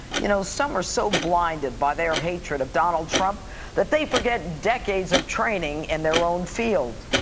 you know some are so blinded by their hatred of donald trump that they forget decades of training in their own field.